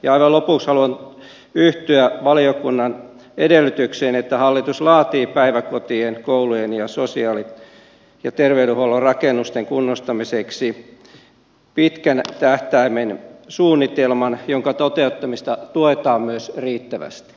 aivan lopuksi haluan yhtyä valiokunnan edellytykseen että hallitus laatii päiväkotien koulujen ja sosiaali ja terveydenhuollon rakennusten kunnostamiseksi pitkän tähtäimen suunnitelman jonka toteuttamista tuetaan myös riittävästi